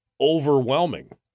overwhelming